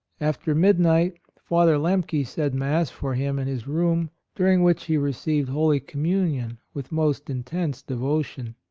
after midnight father lemke said mass for him in his room, during which he received holy communion with most intense devotion.